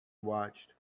watched